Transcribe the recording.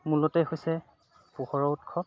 মূলতে হৈছে পোহৰৰ উৎসৱ